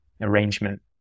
arrangement